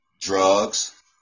drugs